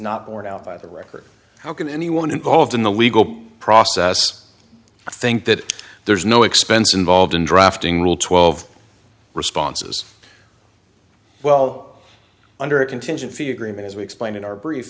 not borne out by the record how can anyone involved in the legal process think that there's no expense involved in drafting rule twelve responses well under a contingent fee agreement as we explained in our brief